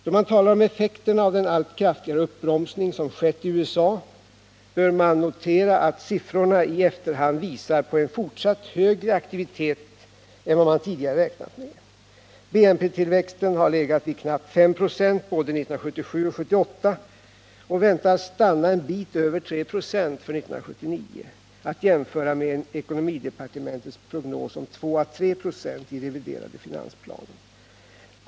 Då man talar om effekterna av den allt kraftigare uppbromsning som skett i USA, bör man notera att siffrorna i efterhand visar på en fortsatt högre aktivitet än vad man tidigare räknat med. BNP-tillväxten har legat vid knappt 5 96 både 1977 och 1978 och förväntas stanna en bit över 3 96 för 1979, att jämföra med ekonomidepartementets prognos om 2 å 3 96 i den reviderade finansplanen.